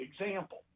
Example